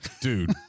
dude